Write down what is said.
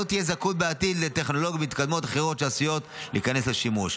לא תהיה זכאות בעתיד לטכנולוגיות מתקדמות אחרות שעשויות להיכנס לשימוש.